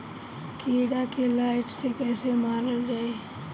कीड़ा के लाइट से कैसे मारल जाई?